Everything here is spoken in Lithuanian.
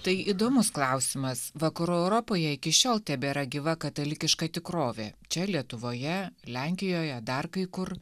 tai įdomus klausimas vakarų europoje iki šiol tebėra gyva katalikiška tikrovė čia lietuvoje lenkijoje dar kai kur